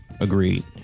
Agreed